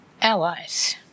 allies